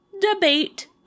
debate